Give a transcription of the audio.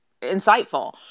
insightful